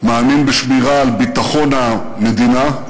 מאמין בשמירה על ביטחון המדינה,